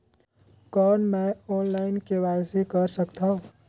कौन मैं online KYC कर सकथव?